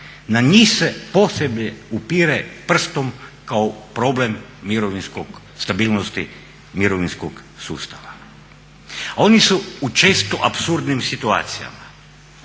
na njih se posebno upire prstom kao problem mirovinskog, stabilnosti mirovinskog sustava. A oni su u često apsurdnim situacijama